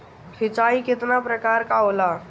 सिंचाई केतना प्रकार के होला?